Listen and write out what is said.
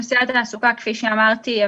כפי שאמרתי,